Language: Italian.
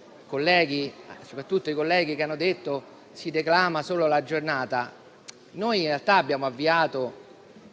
a coloro che hanno detto che si declama solo la giornata - in